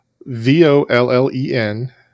V-O-L-L-E-N